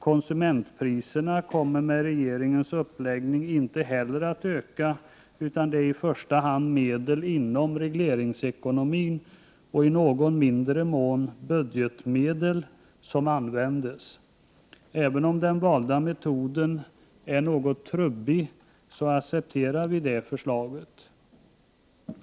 Konsumentpriserna kommer med regeringens uppläggning inte heller att öka, utan det är i första hand medel inom regleringsekonomin och i någon mån budgetmedel som används. Även om den valda metoden är något ”trubbig”, accepterar vi förslaget.